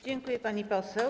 Dziękuję, pani poseł.